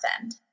End